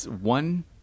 one